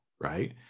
right